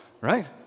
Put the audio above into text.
right